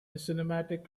cinematic